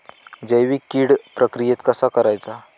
जैविक कीड प्रक्रियेक कसा करायचा?